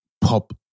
pop